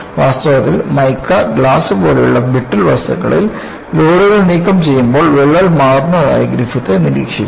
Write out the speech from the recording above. വാസ്തവത്തിൽ mica glass പോലുള്ള brittle വസ്തുക്കളിൽ ലോഡുകൾ നീക്കംചെയ്യുമ്പോൾ വിള്ളൽ മാറുന്നതായി ഗ്രിഫിത്ത് നിരീക്ഷിച്ചു